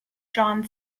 john